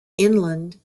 inland